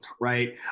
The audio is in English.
right